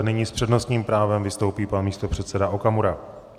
Nyní s přednostním právem vystoupí pan místopředseda Okamura.